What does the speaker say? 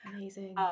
Amazing